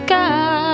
God